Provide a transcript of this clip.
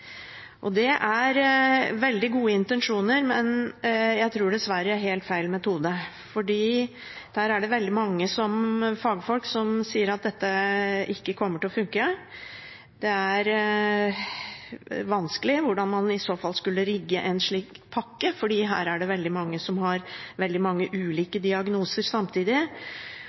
psykiatrien. Det er veldig gode intensjoner, men jeg tror dessverre det er helt feil metode, fordi det er veldig mange fagfolk som sier at dette ikke kommer til å funke. Det er vanskelig å si hvordan man i så fall skulle rigge en slik pakke, for her er det veldig mange som har veldig mange ulike diagnoser samtidig.